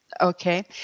okay